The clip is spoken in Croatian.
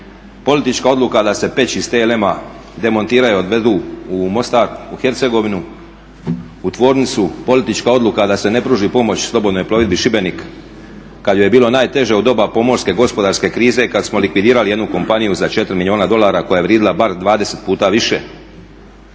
Politička odluka da se peći iz TLM-a demontiraju, odvedu u Mostar, u Hercegovinu, u tvornicu. Politička odluka da se ne pruži pomoć slobodnoj plovidbi Šibenik kad joj je bilo najteže u doba pomorske gospodarske krize, kad smo likvidirali jednu kompaniju za 4 milijuna dolara koja je vrijedila bar 20 puta više.